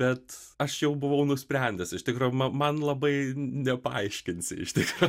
bet aš jau buvau nusprendęs iš tikro ma man labai nepaaiškinsi iš tikro